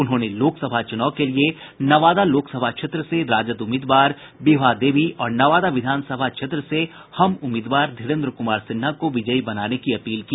उन्होंने लोकसभा चुनाव के लिए नवादा लोकसभा क्षेत्र से राजद उम्मीदवार विभा देवी और नवादा विधान सभा क्षेत्र से हम उम्मीदवार धीरेन्द्र कुमार सिन्हा को विजयी बनाने की अपील की